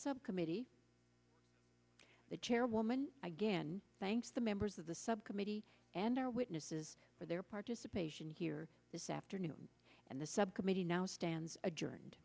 subcommittee the chairwoman again thanks the members of the subcommittee and our witnesses for their participation here this afternoon and the subcommittee now stands adjour